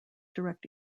direct